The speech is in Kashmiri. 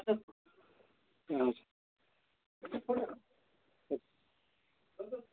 اَدٕ سا